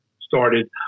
started